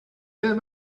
him